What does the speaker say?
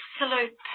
absolute